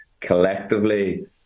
collectively